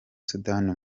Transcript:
sudan